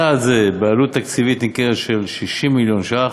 צעד זה, בעלות תקציבית ניכרת של 60 מיליון שקל,